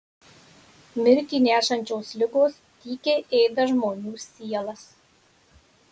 mirtį nešančios ligos tykiai ėda žmonių sielas